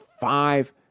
five